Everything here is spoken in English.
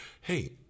hey